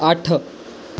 ਅੱਠ